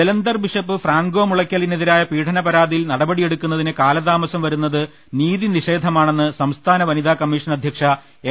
Jalandhar bishop Franco മുളയ്ക്കലിനെതിരായ പീഡന പരാതിയിൽ നട പടി എടുക്കുന്നതിന് കാലതാമസം വരുന്നത് നീതിനിഷേധമാണെന്ന് സംസ്ഥാന വനിതാ കമ്മീഷൻ അധ്യക്ഷ എം